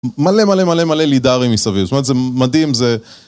מלא מלא מלא מלא לידארים מסביב, זאת אומרת, זה מדהים, זה...